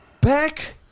back